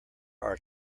are